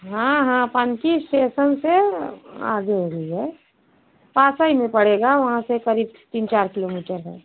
हाँ हाँ पनकी स्टेसन से आगे है भैया पास ही में पड़ेगा वहाँ से करीब तीन चार किलोमीटर है